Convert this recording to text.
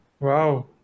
Wow